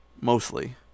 Mostly